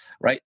right